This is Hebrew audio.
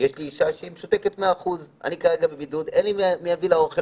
יש לי אישה שמשותקת 100%; אני כרגע בבידוד; אין מי שיביא לה אוכל,